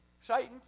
Satan